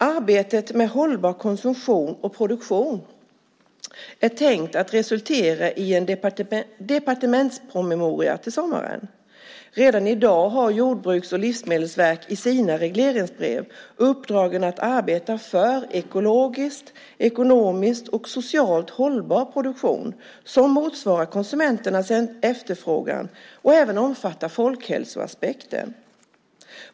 Arbetet med hållbar konsumtion och produktion är tänkt att resultera i en departementspromemoria till sommaren. Redan i dag har Jordbruksverket och Livsmedelsverket i sina regleringsbrev uppdragen att arbeta för ekologisk, ekonomisk och socialt hållbar produktion som motsvarar konsumenternas efterfrågan och även omfattar folkhälsoaspekten.